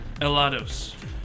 Elados